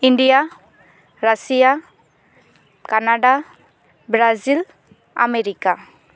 India Russia Canada Brazil America